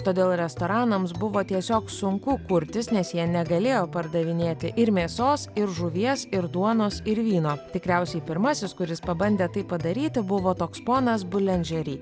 todėl restoranams buvo tiesiog sunku kurtis nes jie negalėjo pardavinėti ir mėsos ir žuvies ir duonos ir vyno tikriausiai pirmasis kuris pabandė tai padaryti buvo toks ponas boulangerie